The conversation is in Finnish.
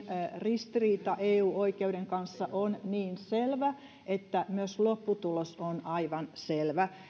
ristiriita eu oikeuden kanssa on niin selvä että myös lopputulos on aivan selvä